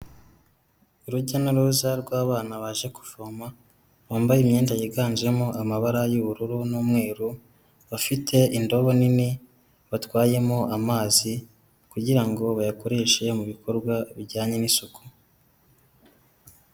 Urujya n'uruza rw'abana baje kuvoma, bambaye imyenda yiganjemo amabara y'ubururu n'umweru, bafite indobo nini batwayemo amazi kugira ngo bayakoreshe mu bikorwa bijyanye n'isuku.